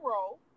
roll